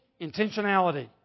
intentionality